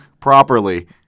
properly